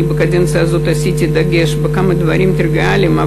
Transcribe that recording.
אני בקדנציה הזאת שמתי דגש בכמה דברים טריוויאליים,